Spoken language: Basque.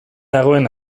dagoen